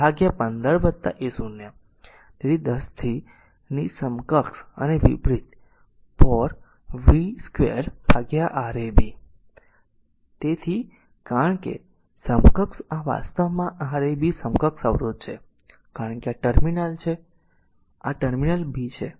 તેથી 15a015 a0 તેથી 10 to ની સમકક્ષ અને વિતરિત por v2 Rab છે કારણ કે સમકક્ષ આ વાસ્તવમાં Rab સમકક્ષ અવરોધ છે કારણ કે આ ટર્મિનલ છે આ ટર્મિનલ b છે